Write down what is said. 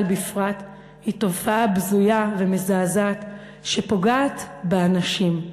בפרט היא תופעה בזויה ומזעזעת שפוגעת באנשים,